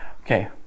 Okay